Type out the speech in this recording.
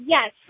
Yes